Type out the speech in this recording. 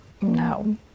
No